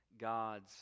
God's